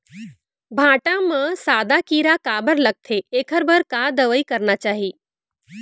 भांटा म सादा कीरा काबर लगथे एखर बर का दवई करना चाही?